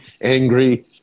angry